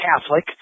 Catholic